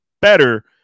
better